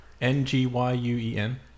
N-G-Y-U-E-N